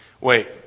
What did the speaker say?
wait